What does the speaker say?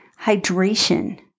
Hydration